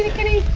kitty,